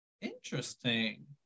Interesting